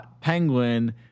Penguin